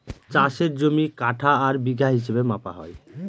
চাষের জমি কাঠা আর বিঘা হিসাবে মাপা হয়